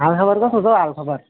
हालखबर कस्तो छ हौ हालखबर